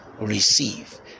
receive